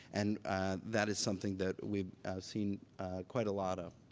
and that is something that we've seen quite a lot of.